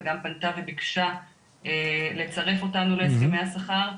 וגם פנתה וביקשה לצרף אותנו להסכמי השכר.